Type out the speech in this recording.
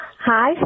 Hi